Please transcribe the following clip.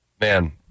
man